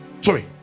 sorry